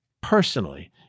personally